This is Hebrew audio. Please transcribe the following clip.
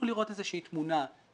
רשימות של דוחות, דוחות מיוחדים והוראות